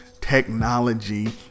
technology